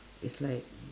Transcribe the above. it's like